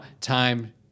time